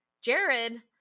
Jared